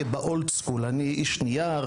אני איש נייר,